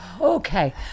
Okay